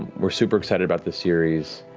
we're super excited about this series.